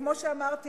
כמו שאמרתי,